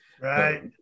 Right